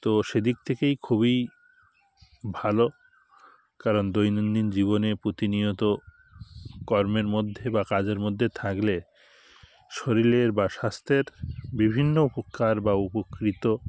তো সেদিক থেকে খুবই ভালো কারণ দৈনন্দিন জীবনে প্রতিনিয়ত কর্মের মধ্যে বা কাজের মধ্যে থাকলে শরীরের বা স্বাস্থ্যের বিভিন্ন উপকার বা উপকৃত